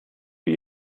wie